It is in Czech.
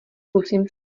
zkusím